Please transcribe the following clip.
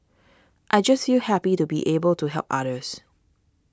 I just feel happy to be able to help others